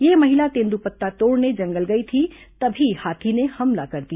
यह महिला तेंदूपत्ता तोड़ने जंगल गई थी तभी हाथी ने हमला कर दिया